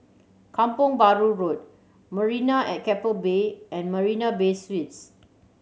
Kampong Bahru Road Marina at Keppel Bay and Marina Bay Suites